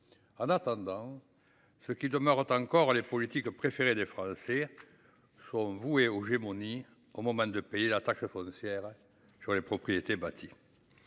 En attendant, ceux qui demeurent les personnalités politiques préférées des Français sont voués aux gémonies au moment de payer la taxe foncière sur les propriétés bâties.